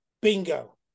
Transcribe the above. bingo